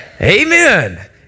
Amen